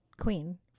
queen